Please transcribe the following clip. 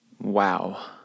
Wow